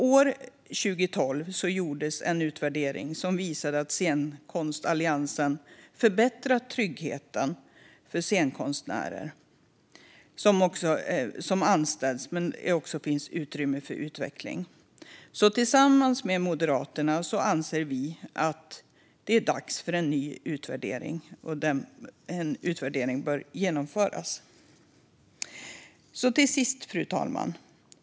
År 2012 gjordes en utvärdering som visade att scenkonstallianserna förbättrat tryggheten för de scenkonstnärer som anställts men också att det finns utrymme för utveckling. Tillsammans med Moderaterna anser vi att det är dags att en ny utvärdering genomförs. Fru talman!